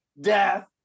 death